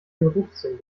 geruchssinn